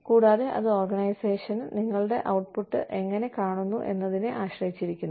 കൂടാതെ അത് ഓർഗനൈസേഷൻ നിങ്ങളുടെ ഔട്ട്പുട്ട് എങ്ങനെ കാണുന്നു എന്നതിനെ ആശ്രയിച്ചിരിക്കുന്നു